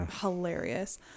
hilarious